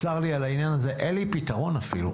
צר לי על העניין הזה, אין לי פתרון אפילו.